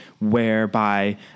whereby